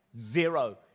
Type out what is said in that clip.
Zero